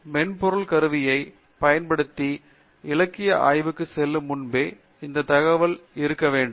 எனவே மென்பொருள் கருவியை பயன்படுத்தி இலக்கிய ஆய்வுக்கு செல்லும் முன்பே இந்தத் தகவல் இருக்க வேண்டும்